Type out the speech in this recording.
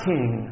King